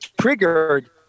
triggered